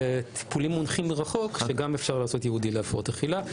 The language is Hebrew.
וטיפולים מונחים מרחוק שגם אפשר לעשות אותם ייעודיים להפרעות אכילה,